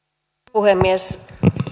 puhemies